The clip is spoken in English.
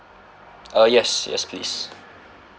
uh yes yes please